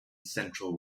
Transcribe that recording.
central